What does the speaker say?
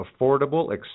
affordable